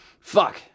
Fuck